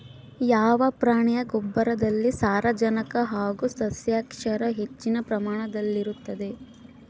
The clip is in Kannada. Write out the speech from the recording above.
ಯಾವ ಪ್ರಾಣಿಯ ಗೊಬ್ಬರದಲ್ಲಿ ಸಾರಜನಕ ಹಾಗೂ ಸಸ್ಯಕ್ಷಾರ ಹೆಚ್ಚಿನ ಪ್ರಮಾಣದಲ್ಲಿರುತ್ತದೆ?